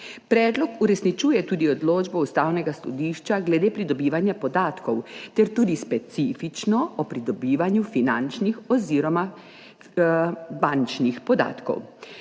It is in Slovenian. Predlog uresničuje tudi odločbo Ustavnega sodišča glede pridobivanja podatkov ter tudi specifično o pridobivanju finančnih oziroma bančnih podatkov.